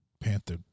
Panther